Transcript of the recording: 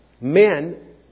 men